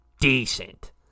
decent